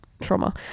trauma